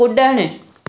कुड॒णु